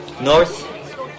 north